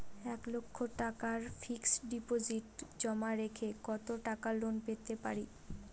এক লক্ষ টাকার ফিক্সড ডিপোজিট জমা রেখে কত টাকা লোন পেতে পারি?